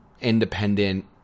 independent